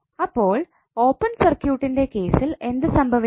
അപ്പോൾ ഓപ്പൺ സർക്യൂട്ട്ൻറെ കേസിൽ എന്ത് സംഭവിക്കും